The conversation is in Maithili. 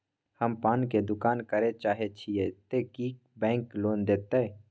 हम पान के दुकान करे चाहे छिये ते की बैंक लोन देतै?